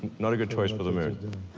not a good choice for the moon.